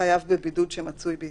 חייב בבידוד שמצוי בישראל.